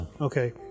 Okay